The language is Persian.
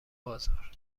بازار